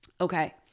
Okay